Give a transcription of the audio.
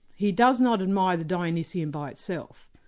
he does not admire the dionysian by itself,